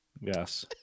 Yes